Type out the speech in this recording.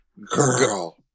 Girl